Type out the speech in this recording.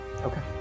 Okay